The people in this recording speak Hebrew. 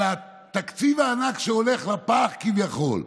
על התקציב הענק שהולך לפח, כביכול,